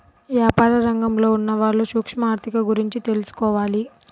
యాపార రంగంలో ఉన్నవాళ్ళు సూక్ష్మ ఆర్ధిక గురించి తెలుసుకోవాలి